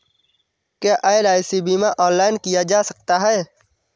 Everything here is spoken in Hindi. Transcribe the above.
क्या एल.आई.सी बीमा ऑनलाइन किया जा सकता है?